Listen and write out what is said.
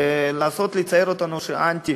ולצייר אותנו כאנטי,